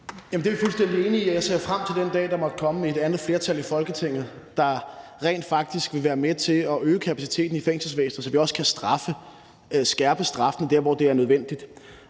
Det er vi fuldstændig enige i, og jeg ser frem til den dag, hvor der må komme et andet flertal i Folketinget, der rent faktisk vil være med til at øge kapaciteten i fængselsvæsenet, så vi også kan skærpe straffen der, hvor det er nødvendigt.